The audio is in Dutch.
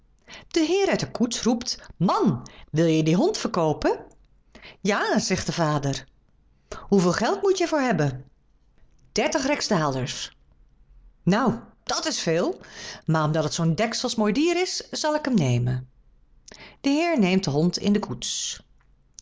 de heer uit de koets roept man wil je dien hond verkoopen ja zegt de vader hoeveel geld moet je er voor hebben dertig rijksdaalders nou dat is veel maar omdat het zoo'n deksels mooi dier is zal ik hem nemen de heer neemt den hond in de koets